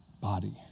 body